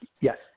Yes